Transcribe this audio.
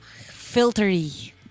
filtery